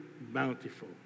bountiful